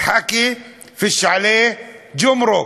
(אומר בערבית: הדיבורים, אין עליהם מכס.)